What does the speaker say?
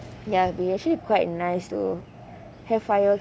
ya will be actually quite nice to have fire